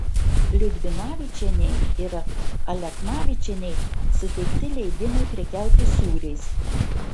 liudvinavičienei ir aleknavičienei suteikti leidimai prekiauti sūriais